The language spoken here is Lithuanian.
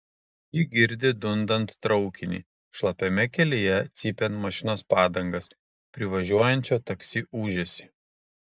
ji girdi dundant traukinį šlapiame kelyje cypiant mašinos padangas privažiuojančio taksi ūžesį